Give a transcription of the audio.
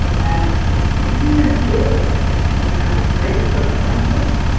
and even if you have the greatest of intentions.